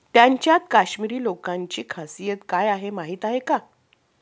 त्यांच्यात काश्मिरी लोकांची खासियत काय आहे माहीत आहे का?